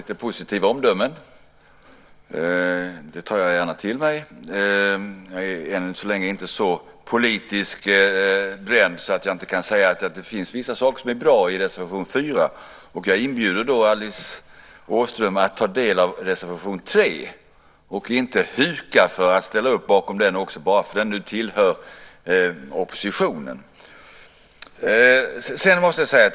Fru talman! Det är ju alltid trevligt att få positiva omdömen. Det tar jag gärna till mig. Jag är ännu inte så politiskt bränd att jag inte kan säga att det finns vissa saker som är bra i reservation 4. Jag inbjuder då Alice Åström att ta del av reservation 3 och inte huka för att ställa upp bakom den bara för att den kommer från oppositionen.